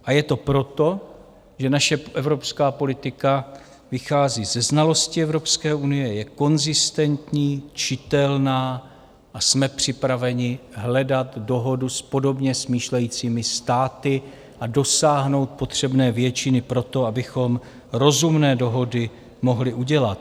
A je to proto, že naše evropská politika vychází ze znalosti Evropské unie, je konzistentní, čitelná, a jsme připraveni hledat dohodu s podobně smýšlejícími státy a dosáhnout potřebné většiny pro to, abychom rozumné dohody mohli udělat.